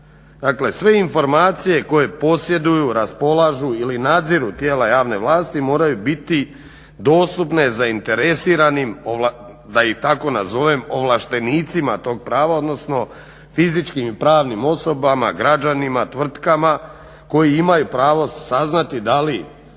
dakle sve informacije koje posjeduju, raspolažu ili nadziru tijela javne vlasti moraju biti dostupne zainteresiranim da ih tako nazovem ovlaštenicima tog prava odnosno fizičkim i pravnim osobama, građanima, tvrtkama koji imaju pravo saznati da li